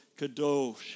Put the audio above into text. Kadosh